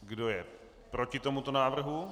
Kdo je proti tomuto návrhu?